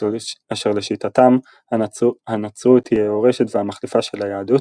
אשר לשיטתם הנצרות היא היורשת והמחליפה של היהדות,